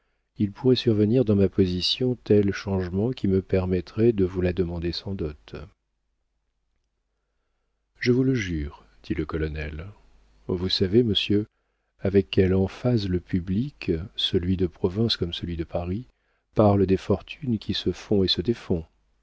il pourrait survenir dans ma position tel changement qui me permettrait de vous la demander sans dot je vous le jure dit le colonel vous savez monsieur avec quelle emphase le public celui de province comme celui de paris parle des fortunes qui se font et se défont